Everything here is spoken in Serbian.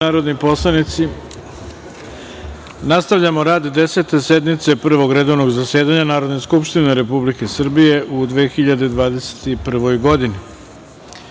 narodni poslanici, nastavljamo rad Desete sednice Prvog redovnog zasedanja Narodne skupštine Republike Srbije u 2021. godini. Na